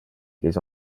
les